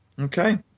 Okay